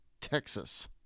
Texas